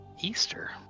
Easter